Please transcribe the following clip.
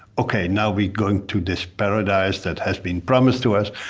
okay, now we're going to this paradise that has been promised to us.